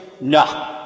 No